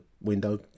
window